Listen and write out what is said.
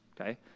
okay